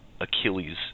achilles